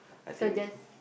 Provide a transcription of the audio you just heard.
so just